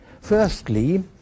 Firstly